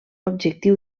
objectiu